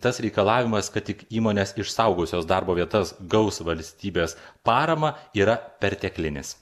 tas reikalavimas kad tik įmonės išaugojusios darbo vietas gaus valstybės paramą yra perteklinis